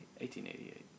1888